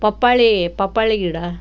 papaya ಪಪ್ಪಾಯ ಗಿಡ